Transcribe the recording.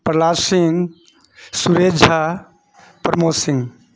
Prahlad Singh Suresh Jha Pramod Singh